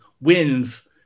wins